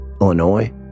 Illinois